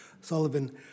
Sullivan